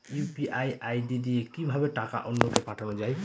UPI ID দিয়ে কিভাবে টাকা অন্য কে পাঠানো যায়?